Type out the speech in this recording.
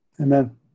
Amen